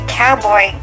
cowboy